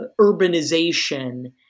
urbanization